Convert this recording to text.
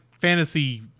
fantasy